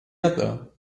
other